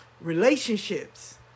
Relationships